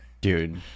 Dude